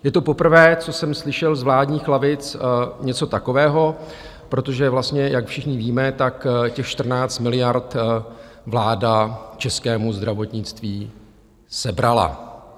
Je to poprvé, co jsem slyšel z vládních lavic něco takového, protože vlastně, jak všichni víme, tak těch 14 miliard vláda českému zdravotnictví sebrala.